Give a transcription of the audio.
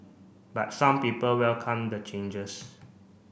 but some people welcome the changes